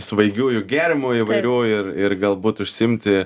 svaigiųjų gėrimų įvairių ir ir galbūt užsiimti